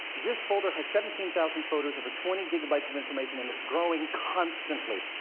this folder has seventeen thousand photos over twenty gigabytes of information and it's growing constantly.